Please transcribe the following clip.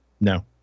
No